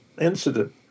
incident